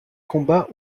combat